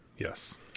Yes